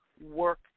work